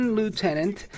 lieutenant